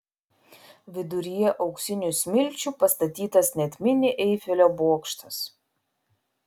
viduryje auksinių smilčių pastatytas net mini eifelio bokštas